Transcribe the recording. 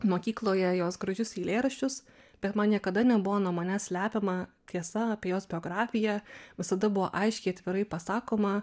mokykloje jos gražius eilėraščius bet man niekada nebuvo nuo manęs slepiama tiesa apie jos biografiją visada buvo aiškiai atvirai pasakoma